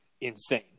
insane